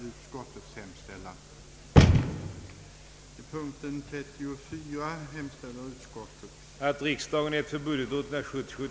Jag hemställer om bifall till utskottets förslag.